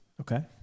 okay